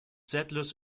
settlers